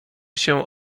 się